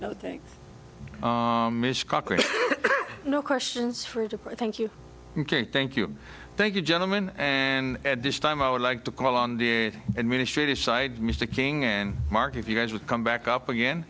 i think no questions for i thank you can't thank you thank you gentleman and at this time i would like to call on the administrators side mr king and mark if you guys would come back up again